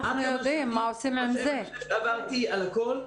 אני חושב שעברתי על הכול.